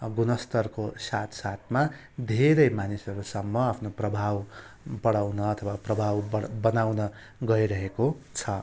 गुणस्तरको साथ साथमा धेरै मानिसहरूसम्म आफ्नो प्रभाव बढाउन अथवा प्रभाव बढ बनाउन गइरहेको छ